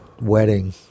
wedding